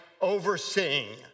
overseeing